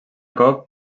cop